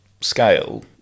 scale